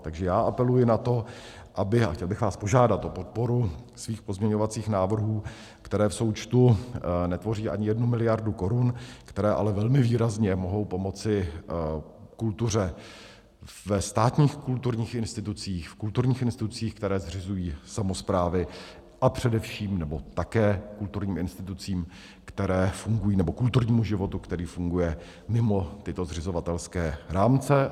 Takže já apeluji na to, aby a chtěl bych vás požádat o podporu svých pozměňovacích návrhů, které v součtu netvoří ani jednu miliardu korun, které ale velmi výrazně mohou pomoci kultuře ve státních kulturních institucích, v kulturních institucích, které zřizují samosprávy, a především, nebo také, kulturním institucím, které fungují, nebo kulturnímu životu, který funguje mimo tyto zřizovatelské rámce.